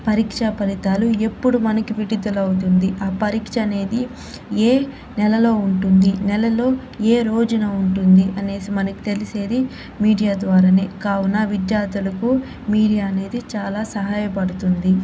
పరీక్షా ఫలితాలు ఎప్పుడు మనకి విడుదలవుతుంది ఆ పరీక్ష అనేది ఏ నెలలో ఉంటుంది నెలలో ఏ రోజున ఉంటుంది అనేసి మనకి తెలిసేది మీడియా ద్వారానే కావున విద్యార్థులకు మీడియా అనేది చాలా సహాయపడుతుంది